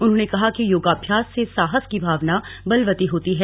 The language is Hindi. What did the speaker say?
उन्होंने कहा कि योगाभ्यास से साहस की भावना बलवती होती है